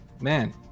man